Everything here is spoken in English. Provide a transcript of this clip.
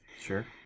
Sure